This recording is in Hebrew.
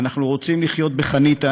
אנחנו רוצים לחיות בחניתה,